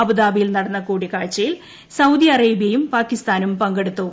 അബുദാബിയിൽ നടന്ന കൂടിക്കാഴ്ചയിൽ സൌദി അറേബ്യയും പാകിസ്ഥാനും പങ്കെടുത്തു